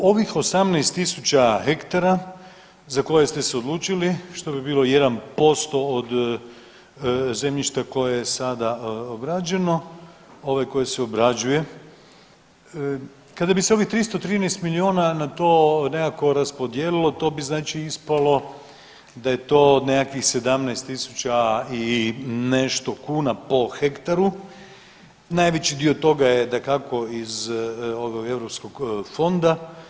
Evo, u ovih 18 tisuća hektara za koje ste se odlučili što bi bilo 1% od zemljišta koje je sada obrađeno, ovo koje se obrađuje, kada bi se ovih 313 milijuna na to nekako raspodijelilo to bi znači ispalo da je to nekakvih 17 tisuća i nešto kuna po hektaru, najveći dio toga je dakako iz ovog europskog fonda.